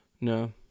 No